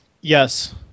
Yes